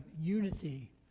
unity